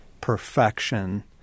perfection